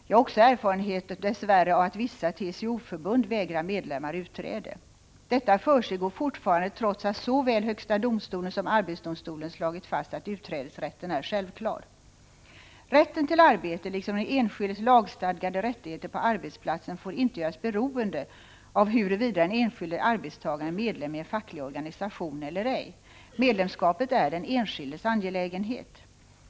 Jag har dess värre erfarenhet av att också vissa TCO förbund vägrar medlemmar utträde. Detta försiggår fortfarande trots att såväl högsta domstolen som arbetsdomstolen slagit fast att utträdesrätten är självklar. Rätten till arbete liksom den enskildes lagstadgade rättigheter på arbetsplatsen får inte göras beroende av huruvida den enskilde arbetstagaren är medlem i en facklig organisation eller ej. Medlemskapet är den enskildes angelägenhet.